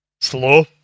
slow